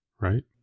right